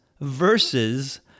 versus